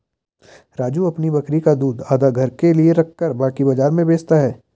राजू अपनी बकरी का दूध आधा घर के लिए रखकर बाकी बाजार में बेचता हैं